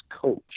coach